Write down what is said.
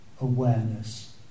awareness